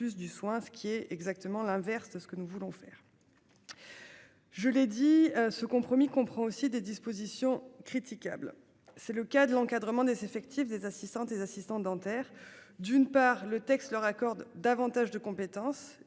du soin, ce qui est exactement l'inverse de ce que nous voulons faire. Je l'ai dit ce compromis comprend aussi des dispositions critiquables. C'est le cas de l'encadrement des effectifs des assistantes et assistants dentaires. D'une part le texte leur accorde davantage de compétences il